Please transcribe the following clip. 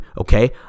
okay